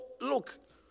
look